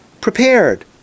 prepared